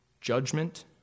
judgment